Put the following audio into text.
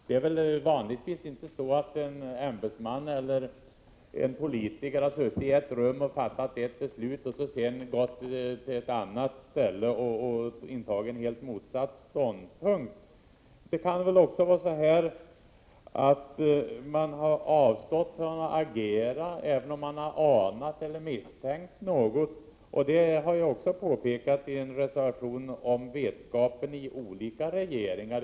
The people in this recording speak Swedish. Det är vanligtvis inte så att en ämbetsman eller en politiker har suttit i ett rum och fattat ett beslut och sedan gått till ett annat ställe och intagit en helt motsatt ståndpunkt. Det kan väl också vara så att man har avstått från att agera, även om man anat eller misstänkt något. I en reservation har det ju också gjorts påpekanden om vetskapen i olika regeringar.